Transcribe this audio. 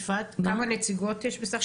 יפעת, כמה נציבות יש בסך הכול?